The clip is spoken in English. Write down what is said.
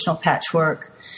patchwork